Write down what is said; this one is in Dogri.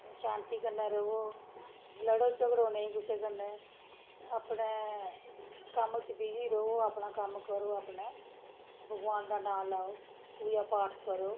शांति कन्नै र'वो लड़ो झगड़ो नेईं कुसै कन्नै अपने कम्म च बिजी र'वो अपना कम्म करो अपने भगवान दा नां लैओ पूजा पाठ करो